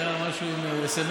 זה היה משהו עם סמ"סים.